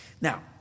Now